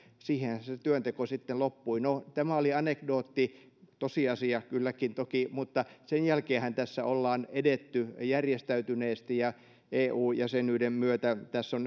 siihenhän se työnteko sitten loppui no tämä oli anekdootti tosiasia kylläkin toki mutta sen jälkeenhän tässä ollaan edetty järjestäytyneesti ja eu jäsenyyden myötä tässä on